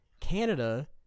Canada